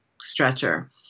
stretcher